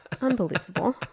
Unbelievable